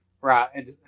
Right